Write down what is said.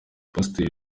pasiteri